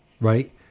Right